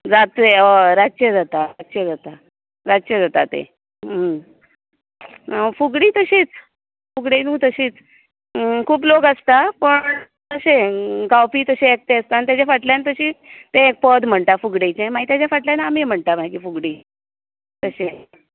जातले रातचें जाता रातचें जाता रातचें जाता तें फुगडी तशींच फुगडेन तशींच खूब लोक आसता पण अशें गावपी तशें एकटे आसता तेजा फायल्यान तशीच तें पद म्हण्टा फुगडेचें माई तेज्या फाटल्यान आमी म्हणटा मागीर फुगडी तशें